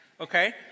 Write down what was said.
okay